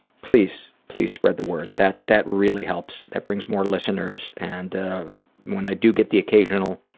please, please spread the word, that that really helps, that brings more listeners and when i do get the occasional